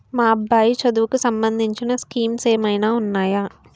మా అబ్బాయి చదువుకి సంబందించిన స్కీమ్స్ ఏమైనా ఉన్నాయా?